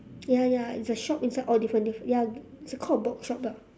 ya ya it's a shop inside all different different ya it's called a box shop lah